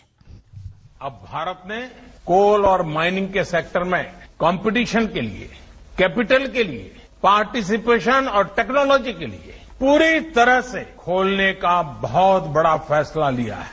bite अब भारत में coal और माइनिंग के सेक्टर में कॉम्पिटिशन के लिए कैपिटल के लिए पार्टिसिपेशन और टेक्नोलॉजी के लिए पूरी तरह से खोलने का बहुत बड़ा फैसला लिया है